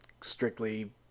strictly